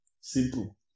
Simple